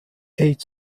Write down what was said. ate